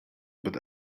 but